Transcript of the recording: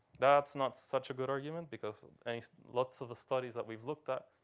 that's not such a good argument because lots of the studies that we've looked at,